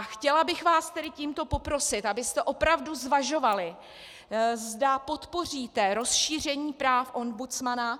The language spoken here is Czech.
Chtěla bych vás tedy tímto poprosit, abyste opravdu zvažovali, zda podpoříte rozšíření práv ombudsmana.